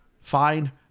fine